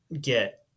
get